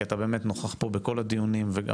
כי אתה באמת נוכח פה בכל הדיונים וגם